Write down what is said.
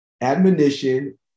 admonition